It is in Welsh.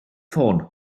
ffôn